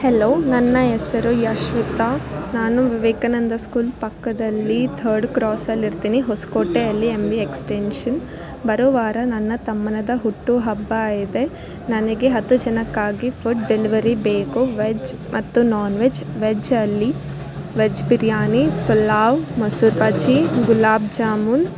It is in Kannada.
ಹೆಲೋ ನನ್ನ ಹೆಸರು ಯಶ್ಮಿತಾ ನಾನು ವಿವೇಕಾನಂದ ಸ್ಕೂಲ್ ಪಕ್ಕದಲ್ಲಿ ಥರ್ಡ್ ಕ್ರಾಸಲ್ಲಿ ಇರ್ತೀನಿ ಹೊಸಕೋಟೆ ಅಲ್ಲಿ ಎಮ್ ಬಿ ಎಕ್ಸ್ಟೆನ್ಷನ್ ಬರೋ ವಾರ ನನ್ನ ತಮ್ಮನದ ಹುಟ್ಟು ಹಬ್ಬ ಇದೆ ನನಗೆ ಹತ್ತು ಜನಕ್ಕಾಗಿ ಫುಡ್ ಡೆಲ್ವರಿ ಬೇಕು ವೆಜ್ ಮತ್ತು ನಾನ್ ವೆಜ್ ವೆಜ್ ಅಲ್ಲಿ ವೆಜ್ ಬಿರಿಯಾನಿ ಪಲಾವ್ ಮೊಸ್ರು ಬಜ್ಜಿ ಗುಲಾಬ್ ಜಾಮೂನ್